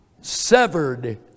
Severed